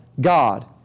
God